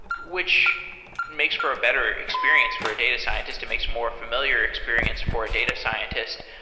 which makes for a better experience for a data scientist. it makes more familiar experience for a data scientist.